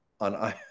on